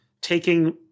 taking